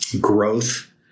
growth